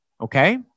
Okay